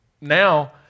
now